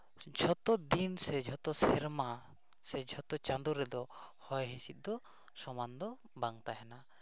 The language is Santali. ᱡᱷᱚᱛᱚ ᱫᱤᱱ ᱥᱮ ᱡᱷᱚᱛᱚ ᱥᱮᱨᱢᱟ ᱥᱮ ᱡᱷᱚᱛᱚ ᱪᱟᱸᱫᱳ ᱨᱮᱫᱚ ᱦᱚᱭ ᱦᱤᱥᱤᱫ ᱫᱚ ᱥᱚᱢᱟᱱ ᱫᱚ ᱵᱟᱝ ᱛᱟᱦᱮᱱᱟ